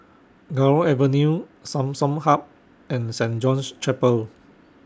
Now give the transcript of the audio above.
Gul Avenue Samsung Hub and Saint John's Chapel